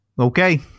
Okay